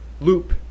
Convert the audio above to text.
loop